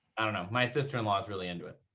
i don't know. my sister-in-law is really into it.